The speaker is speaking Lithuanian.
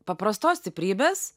paprastos stiprybės